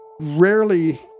rarely